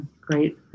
Great